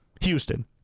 Houston